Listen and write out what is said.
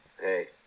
hey